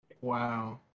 Wow